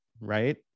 right